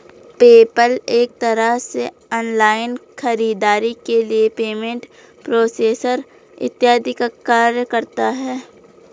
PayPal एक तरह से ऑनलाइन खरीदारी के लिए पेमेंट प्रोसेसर इत्यादि का कार्य करता है